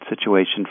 situation